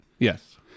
Yes